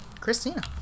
christina